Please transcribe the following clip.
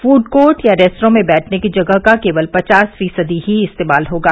food court या restaurant में बैठने की जगह का केवल पचास फीसदी ही इस्तेमाल होगा